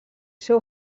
seu